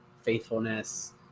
faithfulness